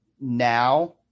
now